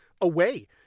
away